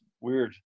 Weird